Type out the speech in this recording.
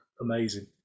amazing